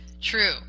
true